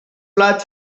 blat